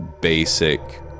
basic